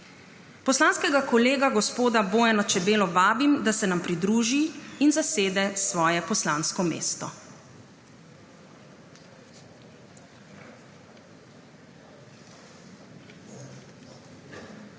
Poslanskega kolega gospoda Bojana Čebelo vabim, da se nam pridruži in zasede svoje poslansko mesto.